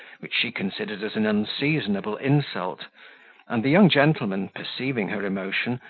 which she considered as an unseasonable insult, and the young gentleman, perceiving her emotion,